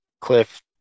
Cliff